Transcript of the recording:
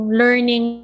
learning